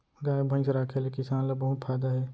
गाय भईंस राखे ले किसान ल बहुत फायदा हे